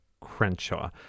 Crenshaw